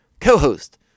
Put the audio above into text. co-host